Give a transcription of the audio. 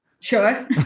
Sure